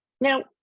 Now